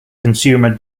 consumer